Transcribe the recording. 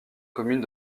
commune